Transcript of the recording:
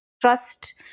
trust